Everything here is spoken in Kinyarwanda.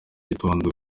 gitondo